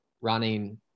running